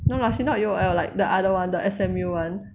no lah she not U_O_L like the other one the S_M_U [one]